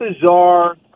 bizarre